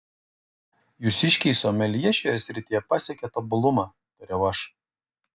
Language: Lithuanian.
jūsiškiai someljė šioje srityje pasiekė tobulumą tariau aš